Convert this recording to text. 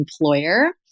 employer